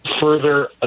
further